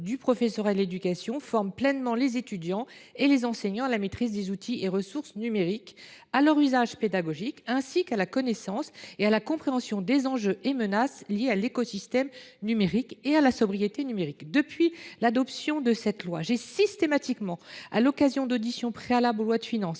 du professorat et de l’éducation (Inspé) « forment les étudiants et les enseignants à la maîtrise des outils et ressources numériques et à leur usage pédagogique, ainsi qu’à la connaissance et à la compréhension des enjeux liés à l’écosystème numérique et à la sobriété numérique ». Depuis l’adoption de cette loi, à l’occasion d’auditions préalables aux lois de finances,